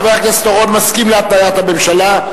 חבר הכנסת אורון מסכים להתניית הממשלה.